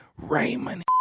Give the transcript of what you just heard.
Raymond